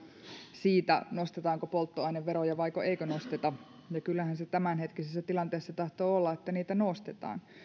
siitä nostetaanko polttoaineveroja vaiko eikö nosteta no kyllähän se tämänhetkisessä tilanteessa tahtoo olla niin että niitä nostetaan